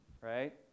Right